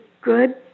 good